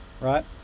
right